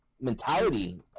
mentality